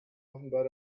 offenbar